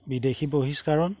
বিদেশী বহিষ্কৰণ